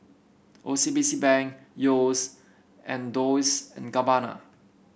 O C B C Bank Yeo's and Dolce and Gabbana